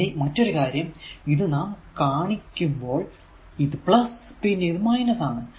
ഇനി മറ്റൊരു കാര്യം ഇത് നാം കാണിക്കുമ്പോൾ ഇത് പിന്നെ ഇത് ആണ്